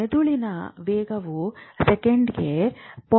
ಮೆದುಳಿನ ವೇಗವು ಸೆಕೆಂಡಿಗೆ 0